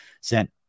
sent